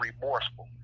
remorseful